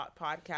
podcast